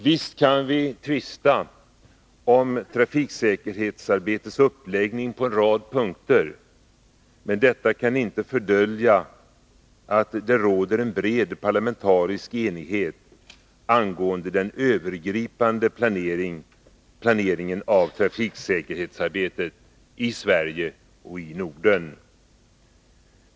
Visst kan vi tvista om trafiksäkerhetsarbetets uppläggning på en rad punkter, men detta kan inte fördölja att det råder en bred parlamentarisk enighet angående den övergripande planeringen av trafiksäkerhetsarbetet i Sverige och i Norden.